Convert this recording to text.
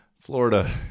Florida